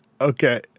Okay